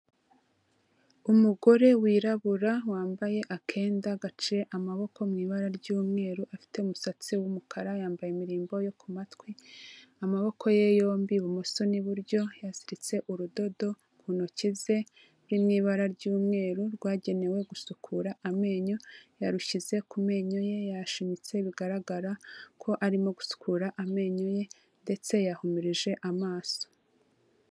Umugore wirabura wambaye akenda gaciye amaboko mu ibara ry'umweru, afite umusatsi w'umukara, yambaye imirimbo yo ku matwi, amaboko ye yombi ibumoso n'iburyo, yaziritse urudodo ku ntoki ze ruri mu ibara ry'umweru rwagenewe gusukura amenyo, yarushyize ku menyo ye; yashinyitse bigaragara ko arimo gusukura amenyo ye, ndetse yahumirije amaso.